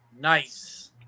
Nice